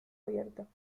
abierto